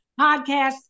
podcast